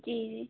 जी जी